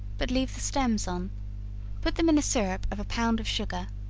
but leave the stems on put them in a syrup of a pound of sugar,